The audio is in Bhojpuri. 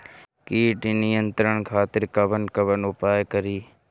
कीट नियंत्रण खातिर कवन कवन उपाय करी?